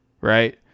right